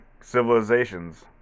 civilizations